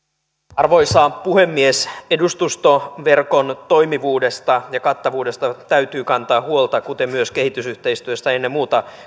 arvoisa puhemies edustustoverkon toimivuudesta ja kattavuudesta täytyy kantaa huolta kuten myös kehitysyhteistyöstä ennen muuta